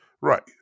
Right